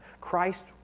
Christ